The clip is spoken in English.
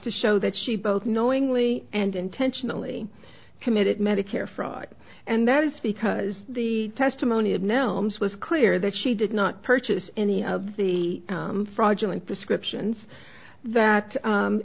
to show that she both knowingly and intentionally committed medicare fraud and that is because the testimony of now was clear that she did not purchase any of the fraudulent prescriptions that